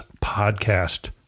podcast